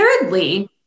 thirdly